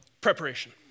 Preparation